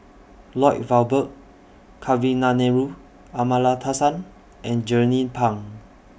Lloyd Valberg Kavignareru Amallathasan and Jernnine Pang